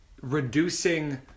reducing